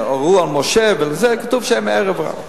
כתוב שהם ערב-רב.